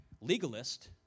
legalist